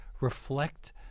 reflect